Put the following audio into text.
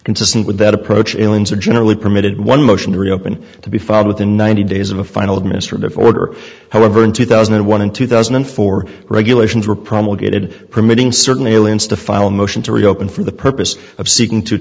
consistent with that approach in windsor generally permitted one motion to reopen to be filed within ninety days of a final administered afford or however in two thousand and one in two thousand and four regulations were promulgated permitting certainly aliens to file a motion to reopen for the purpose of seeking to